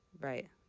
right